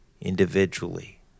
individually